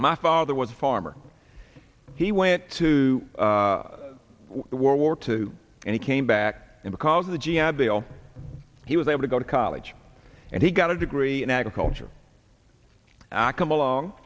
my father was a farmer he went to world war two and he came back because of the g i bill he was able to go to college and he got a degree in agriculture and i come along